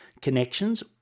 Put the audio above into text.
connections